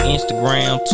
Instagram